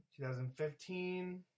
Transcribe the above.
2015